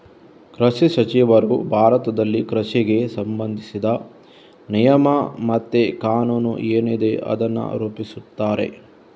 ಕೃಷಿ ಸಚಿವರು ಭಾರತದಲ್ಲಿ ಕೃಷಿಗೆ ಸಂಬಂಧಿಸಿದ ನಿಯಮ ಮತ್ತೆ ಕಾನೂನು ಏನಿದೆ ಅದನ್ನ ರೂಪಿಸ್ತಾರೆ